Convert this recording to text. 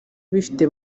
abifite